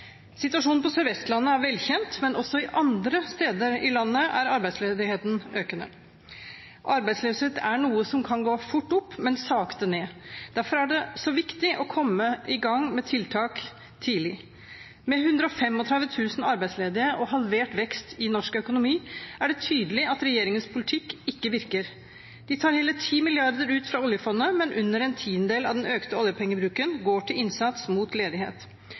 Situasjonen på Sør-Vestlandet er velkjent, men også andre steder i landet er arbeidsledigheten økende. Arbeidsledighet er noe som kan gå fort opp, men sakte ned. Derfor er det så viktig å komme i gang med tiltak tidlig. Med 135 000 arbeidsledige og halvert vekst i norsk økonomi er det tydelig at regjeringens politikk ikke virker. De tar hele 10 mrd. kr ut fra Oljefondet, men under en tiendedel av den økte oljepengebruken går til innsats mot ledighet.